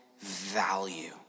value